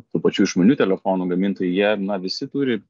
tų pačių išmaniųjų telefonų gamintojai jie na visi turi